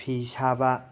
ꯐꯤ ꯁꯥꯕ